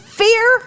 fear